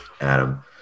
Adam